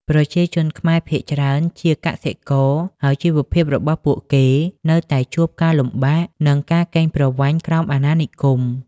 ប្រជាជនខ្មែរភាគច្រើនជាកសិករ ហើយជីវភាពរបស់ពួកគេនៅតែជួបការលំបាក និងការកេងប្រវ័ញ្ចក្រោមអាណានិគម។